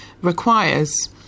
requires